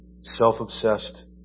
Self-obsessed